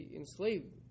enslaved